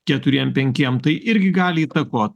keturiem penkiem tai irgi gali įtakot